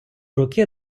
роки